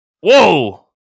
Whoa